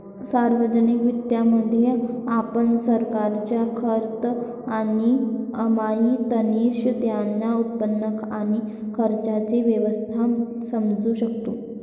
सार्वजनिक वित्तामध्ये, आपण सरकारचा खर्च आणि कमाई तसेच त्याचे उत्पन्न आणि खर्चाचे व्यवस्थापन समजू शकतो